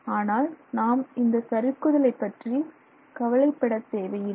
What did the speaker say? ஆனால் நாம் இந்தச் சறுக்குதலை பற்றி கவலைப்படத் தேவையில்லை